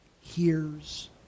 hears